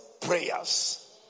prayers